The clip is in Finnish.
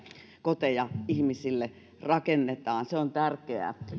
koteja ihmisille rakennetaan se on tärkeää